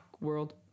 world